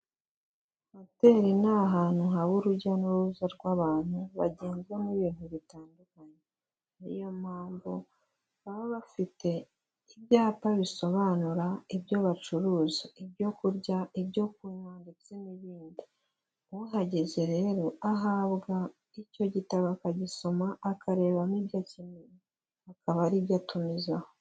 Hoteli ni ahantu haba urujya n'uruza rw'abantu bagenzwa n'ibintu bitandukanye, niyo mpamvu baba bafite ibyapa bisobanura ibyo bacuruza, ibyo kurya, ibyo kunywa ndetse n'ibindi, uhageze rero ahabwa icyo gitabo, akagisoma, akarebamo ibyo akeneye, akaba ari byo atumizaho.